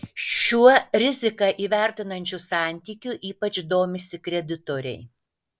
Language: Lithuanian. šiuo riziką įvertinančiu santykiu ypač domisi kreditoriai